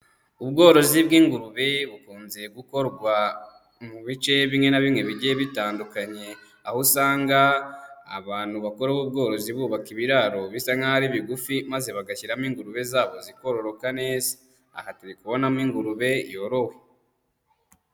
Ubworozi bw'ingurube bukunze gukorwa mu bice bimwe na bimwe bigiye bitandukanye, aho usanga abantu bakora ubwo bworozi bubaka ibiraro bisa nkaho ari bigufi, maze bagashyiramo ingurube zabo zikororoka neza, aha turi kubonamo ingurube yorowe.